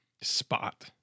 spot